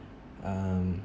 um